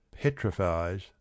petrifies